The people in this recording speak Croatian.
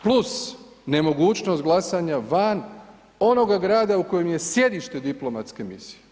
Plus nemogućnost glasanja van onoga grada u kojem je sjedište diplomatske misije.